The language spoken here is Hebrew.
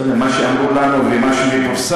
לא יודע, מה שאמרו לנו ומה שמפורסם,